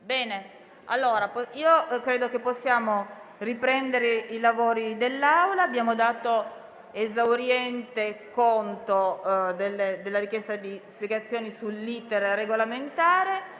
ore 17,30)*. Credo che possiamo riprendere i nostri lavori. Abbiamo dato esauriente conto della richiesta di spiegazioni sull'*iter* regolamentare: